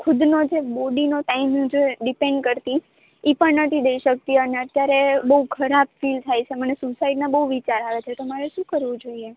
ખુદનો જે બોડીનો ટાઈમ જે ડીપેન્ડ કરતી એ પણ નથી દઈ શકતી અને અત્યારે બહુ ખરાબ ફિલ થાય છે મને સુસાઈડના બહુ વિચાર આવે છે તો મારે શું કરવું જોઈએ